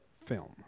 film